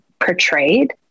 portrayed